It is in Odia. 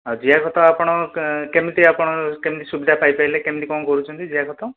ହଁ ଜିଆ ଖତ ଆପଣ କେମିତି ଆପଣ କେମିତି ସୁବିଧା ପାଇପାରିଲେ କେମିତି କ'ଣ କରୁଛନ୍ତି ଜିଆ ଖତ